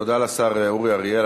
תודה לשר אורי אריאל.